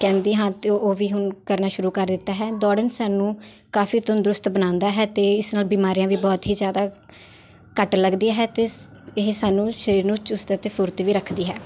ਕਹਿੰਦੀ ਹਾਂ ਅਤੇ ਉਹ ਵੀ ਹੁਣ ਕਰਨਾ ਸ਼ੁਰੂ ਕਰ ਦਿੱਤਾ ਹੈ ਦੌੜਨਾ ਸਾਨੂੰ ਕਾਫੀ ਤੰਦਰੁਸਤ ਬਣਾਉਂਦਾ ਹੈ ਅਤੇ ਇਸ ਨਾਲ ਬਿਮਾਰੀਆਂ ਵੀ ਬਹੁਤ ਹੀ ਜ਼ਿਆਦਾ ਘੱਟ ਲੱਗਦੀ ਹੈ ਅਤੇ ਸ ਇਹ ਸਾਨੂੰ ਸਰੀਰ ਨੂੰ ਚੁਸਤ ਅਤੇ ਫੁਰਤ ਵੀ ਰੱਖਦੀ ਹੈ